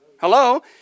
Hello